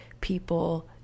people